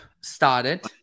started